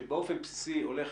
שבאופן בסיסי הולך